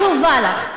תשובה לך: